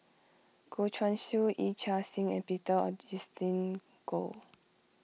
Goh Guan Siew Yee Chia Hsing and Peter Augustine Goh